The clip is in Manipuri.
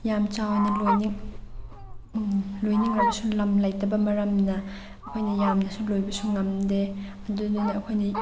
ꯌꯥꯝ ꯆꯥꯎꯅ ꯂꯣꯏꯅꯤꯡꯂꯕꯁꯨ ꯂꯝ ꯂꯩꯇꯕ ꯃꯔꯝꯅ ꯑꯩꯈꯣꯏꯅ ꯌꯥꯝꯅꯁꯨ ꯂꯣꯏꯕꯁꯨ ꯉꯝꯗꯦ ꯑꯗꯨꯗꯨꯅ ꯑꯩꯈꯣꯏꯗꯤ